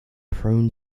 prone